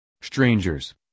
Strangers